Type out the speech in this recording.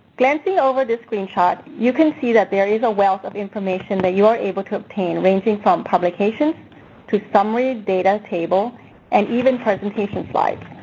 glancing over this screenshot, you can see that there is a wealth of information that you are able to obtain ranging from publications to summary data table and even presentation slides.